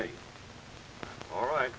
me all right